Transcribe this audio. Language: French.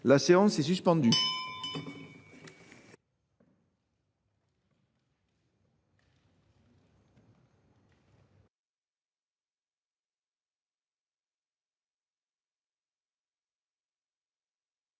La séance est suspendue.